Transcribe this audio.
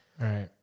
Right